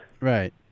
Right